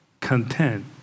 Content